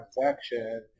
transaction